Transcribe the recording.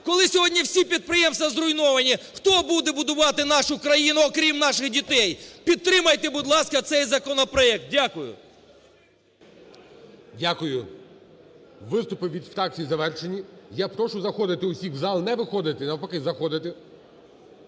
Коли сьогодні всі підприємства зруйновані, хто буде будувати нашу країну, окрім наших дітей? Підтримайте, будь ласка, цей законопроект. Дякую. ГОЛОВУЮЧИЙ. Дякую. Виступи від фракцій завершені. Я прошу заходити усіх в зал і не виходити, а, навпаки, заходити.